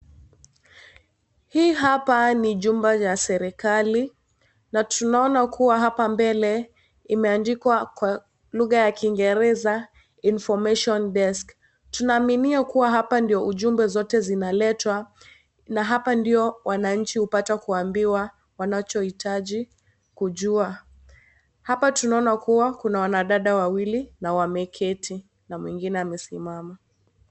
Hii hapa ni chumba cha serikali na tunaona kuwa hapa mbele imeandikwa kwa lugha ya Kiingereza " Information Desk ". Tunaaminia kuwa hapa ndio ujumbe zote zinaletwa na hapa ndio wananchi hupata kuambiwa wanachohitaji kujua. Hapa tunaona kuwa kuna wanadada wawili na wameketi na mwingine amesimama.